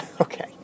Okay